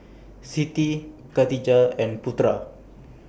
Siti Katijah and Putera